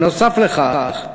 נוסף על כך,